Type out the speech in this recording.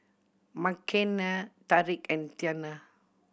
Makenna Tariq and Tianna